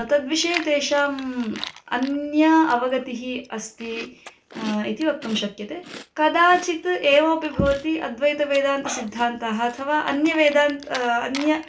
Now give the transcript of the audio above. तद्विषये तेषाम् अन्या अवगतिः अस्ति इति वक्तुं शक्यते कदाचित् एवमपि भवति अद्वैतवेदान्तसिद्धान्तः अथवा अन्यवेदान्तः अन्ये